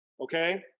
Okay